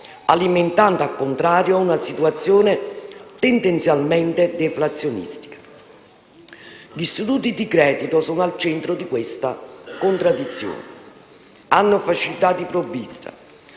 alimentando al contrario una situazione tendenzialmente deflazionistica. Gli istituti di credito sono al centro di questa contraddizione. Hanno facilità di provvista,